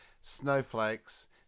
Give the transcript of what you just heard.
snowflakes